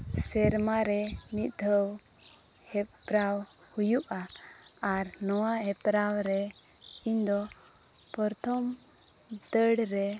ᱥᱮᱨᱢᱟ ᱨᱮ ᱢᱤᱫ ᱫᱷᱟᱹᱣ ᱦᱮᱯᱨᱟᱣ ᱦᱩᱭᱩᱜᱼᱟ ᱟᱨ ᱱᱚᱣᱟ ᱦᱮᱯᱨᱟᱣ ᱨᱮ ᱤᱧᱫᱚ ᱯᱨᱚᱛᱷᱚᱢ ᱫᱟᱹᱲ ᱨᱮ